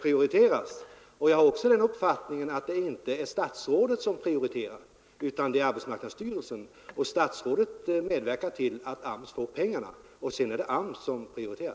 prioriteras, och jag har också den uppfattningen att det inte är statsrådet som prioriterar utan det är arbetsmarknadsstyrelsen. Statsrådet medverkar till att arbetsmarknadsstyrelsen får pengarna, och sedan är det arbetsmarknadsstyrelsen som prioriterar.